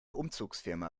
umzugsfirma